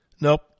Nope